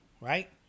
right